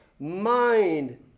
mind